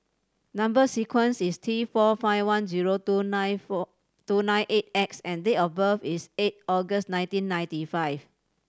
number sequence is T four five one zero two nine four two nine eight X and date of birth is eight August nineteen ninety five